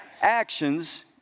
Actions